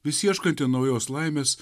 vis ieškanti naujos laimės